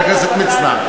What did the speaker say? חבר הכנסת מצנע.